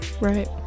Right